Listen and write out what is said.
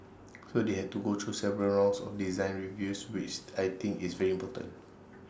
so they had to go through several rounds of design reviews which I think is very important